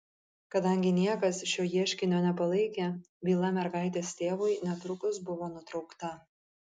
kadangi niekas šio ieškinio nepalaikė byla mergaitės tėvui netrukus buvo nutraukta